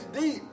deep